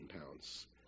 pounds